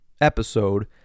episode